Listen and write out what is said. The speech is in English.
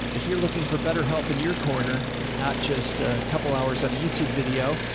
if you're looking for better help in your corner, not just a couple hours on a youtube video,